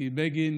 כי בגין